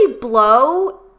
blow